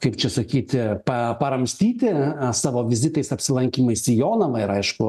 kaip čia sakyti pa paramstyti savo vizitais apsilankymais į jonavą ir aišku